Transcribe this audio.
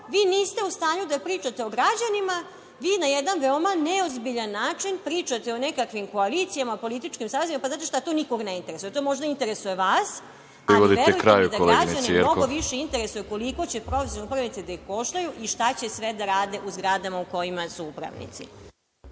vi niste u stanju da pričate o građanima. Vi na jedan veoma neozbiljan način pričate o nekakvim koalicijama, političkim sazivima. Znate šta? To nikoga ne interesuje. To možda interesuje vas, a verujte mi da građane mnogo više interesuje koliko će profesionalni upravnici da ih koštaju i šta će sve da rade u zgradama u kojima su upravnici.